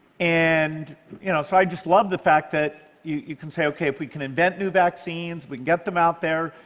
and you know so i just love the fact that you can say, okay, if we can invent new vaccines, we can get them out there,